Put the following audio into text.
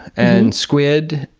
and squid,